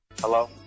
Hello